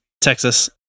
Texas